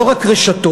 לא רק רשתות,